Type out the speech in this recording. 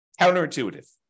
Counterintuitive